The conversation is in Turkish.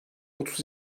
otuz